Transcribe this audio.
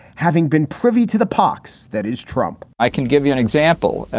having been privy to the pocs? that is trump i can give you an example.